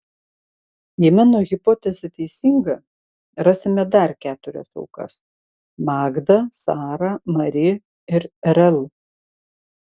jei mano hipotezė teisinga rasime dar keturias aukas magdą sarą mari ir rl